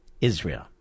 Israel